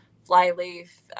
Flyleaf